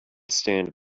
stand